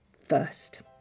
first